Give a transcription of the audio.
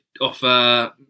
offer